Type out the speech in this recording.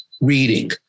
reading